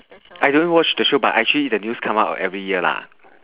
I don't watch the show but actually the news come out every year lah